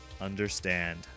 understand